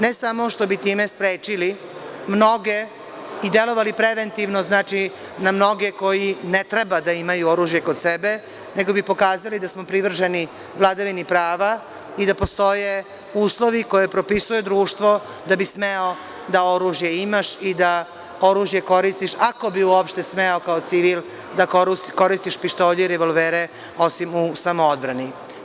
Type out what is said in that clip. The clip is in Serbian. Ne samo što bismo time sprečili mnoge i delovali preventivno na mnoge koji ne treba da imaju oružje kod sebe, nego bismo pokazali da smo privrženi vladavini prava i da postoje uslovi koje propisuje društvo da bi smeo da oružje imaš i da oružje koristiš, ako bi uopšte smeo kao civil da koristiš pištolje i revolvere, osim u samoodbrani.